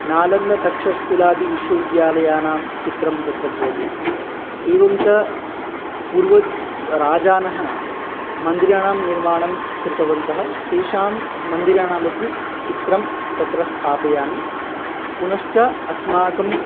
नालन्दतक्षशिलादिविश्वविद्यालयानां चित्रं तत्र भवति एवं च पूर्वराजानः मन्दिराणां निर्माणं कृतवन्तः तेषां मन्दिराणामपि चित्रं तत्र स्थापयामि पुनश्च अस्माकं